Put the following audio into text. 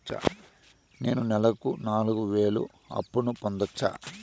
నేను నెలకు నాలుగు వేలు అప్పును పొందొచ్చా?